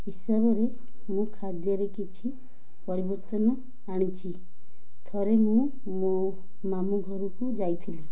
ହିସାବରେ ମୁଁ ଖାଦ୍ୟରେ କିଛି ପରିବର୍ତ୍ତନ ଆଣିଛି ଥରେ ମୁଁ ମୋ ମାମୁଁ ଘରକୁ ଯାଇଥିଲି